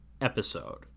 episode